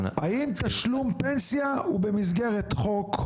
האם תשלום פנסיה הוא במסגרת חוק?